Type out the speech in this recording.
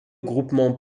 groupement